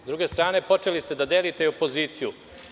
S druge strane, počeli ste da delite i opoziciju.